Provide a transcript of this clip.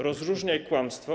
Rozróżniaj kłamstwo.